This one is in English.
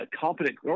competent